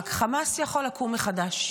רק חמאס יכול לקום מחדש,